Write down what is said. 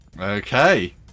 Okay